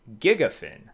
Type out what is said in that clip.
Gigafin